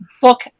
book